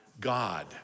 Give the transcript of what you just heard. God